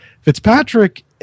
fitzpatrick